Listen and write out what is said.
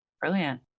Brilliant